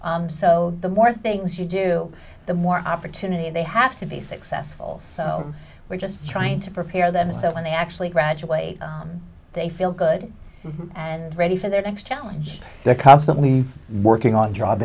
so the more things you do the more opportunity they have to be successful so we're just trying to prepare them so when they actually graduate they feel good and ready for their next challenge they're constantly working on job